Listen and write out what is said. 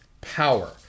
power